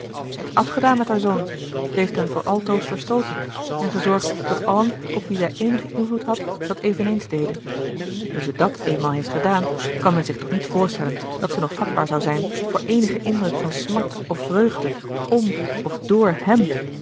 ze heeft afgedaan met haar zoon ze heeft hem voor altoos verstooten en gezorgd dat allen op wie zij eenigen invloed had dat eveneens deden nu ze dàt eenmaal heeft gedaan kan men zich toch niet voorstellen dat ze nog vatbaar zou zijn voor eenigen indruk van smart of vreugde m of dr hèm